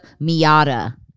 Miata